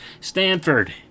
Stanford